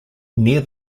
near